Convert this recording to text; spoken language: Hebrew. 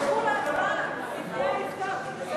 הרשימה המשותפת חיכו להצבעה.